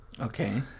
Okay